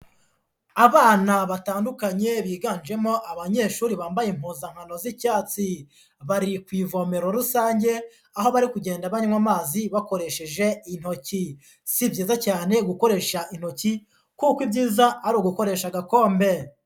Abana batandukanye, biganjemo abanyeshuri bambaye impuzankano z'icyatsi. Bari ku ivomero rusange, aho bari kugenda banywa amazi bakoresheje intoki. Si byiza cyane gukoresha intoki kuko ibyiza ari ugukoresha agakombe.